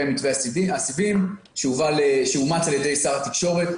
מתווה הסיבים שאומץ על ידי שר התקשורת,